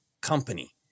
company